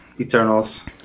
eternals